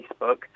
Facebook